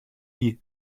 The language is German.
die